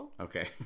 Okay